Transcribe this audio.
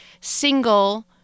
single